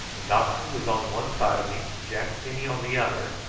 the doctor was on one side of me, jack penny on the other,